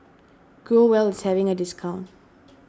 Growell is having a discount